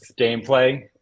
gameplay